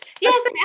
yes